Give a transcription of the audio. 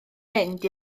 mynd